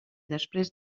després